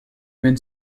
mène